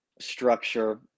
structure